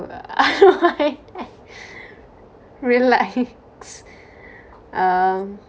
relax um